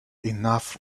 enough